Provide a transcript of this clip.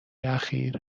اخیر